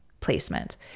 placement